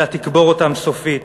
אלא תקבור אותם סופית.